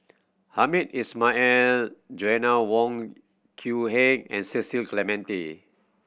Hamed Ismail and Joanna Wong Quee Heng and Cecil Clementi